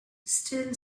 still